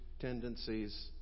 tendencies